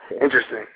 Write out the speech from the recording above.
Interesting